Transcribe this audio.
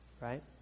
right